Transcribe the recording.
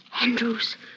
Andrews